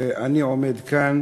ואני עומד כאן